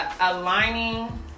Aligning